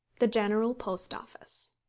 the general post office.